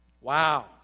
Wow